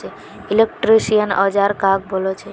Electrician औजार कहाक बोले छे?